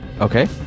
Okay